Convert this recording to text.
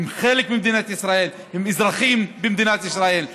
הם חלק ממדינת ישראל, הם אזרחים במדינת ישראל.